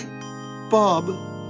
Bob